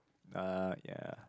uh ya